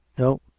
no,